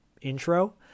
intro